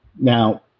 Now